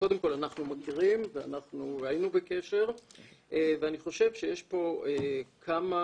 אנחנו מכירים ואנחנו היינו בקשר ואני חושב שיש פה כמה